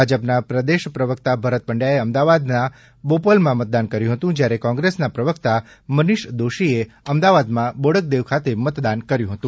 ભાજપના પ્રદેશ પ્રવક્તા ભરત પંડવાએ અમદાવાદના બોપલમાં મતદાન કર્યું હતું જ્યારે કોંગ્રેસના પ્રવક્તા મનિષ દોશીએ અમદાવાદમાં બોડકદેવ ખાતે મતદાન કર્યું હતું